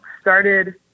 started